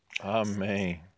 Amen